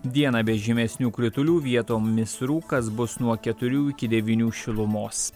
dieną be žymesnių kritulių vietomis rūkas bus nuo keturių iki devynių šilumos